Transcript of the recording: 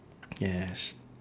yes